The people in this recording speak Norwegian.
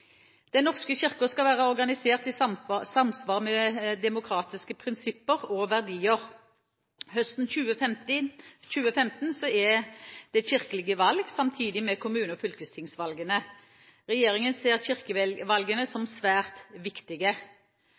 Den norske kirke skal være organisert i samsvar med demokratiske prinsipper og verdier. Høsten 2015 er det kirkelige valg samtidig med kommune- og fylkestingsvalgene. Regjeringen ser kirkevalgene som svært viktige.